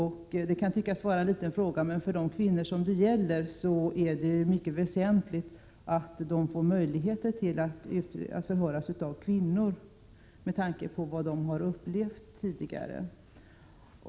Detta kan tyckas vara en liten fråga, men för de kvinnor som det här gäller är det mycket väsentligt att de får möjligheter att förhöras av kvinnor, med tanke på vad de har upplevt tidigare.